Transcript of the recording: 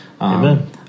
Amen